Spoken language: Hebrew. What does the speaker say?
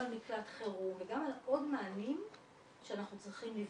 מקלט חירום וגם על עוד מענים שאנחנו צריכים לבנות.